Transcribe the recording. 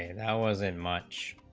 and wasn't much